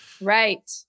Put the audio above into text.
right